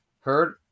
heard